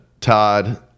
Todd